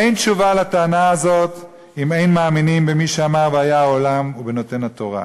אין תשובה לטענה הזאת אם אין מאמינים במי שאמר והיה העולם ובנותן התורה,